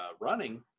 running